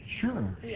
sure